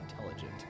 intelligent